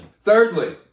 Thirdly